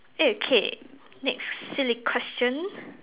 eh K next silly question